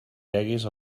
deguis